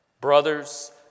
Brothers